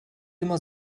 immer